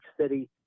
City